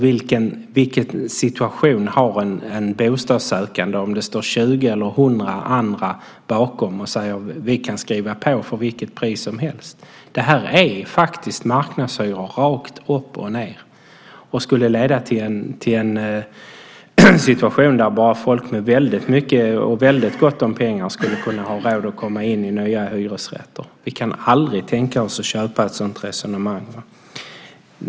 Vilken situation har en bostadssökande om det står 20 eller 100 andra bakom och säger: Vi kan skriva på för vilket pris som helst? Det är faktiskt marknadshyror rakt upp och ned. Det skulle leda till en situation där bara människor med väldigt gott om pengar skulle kunna ha råd att komma in i nya hyresrätter. Vi kan aldrig tänka oss att köpa ett sådant resonemang.